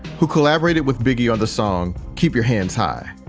who collaborated with biggie on the song keep your hands high.